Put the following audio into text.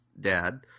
dad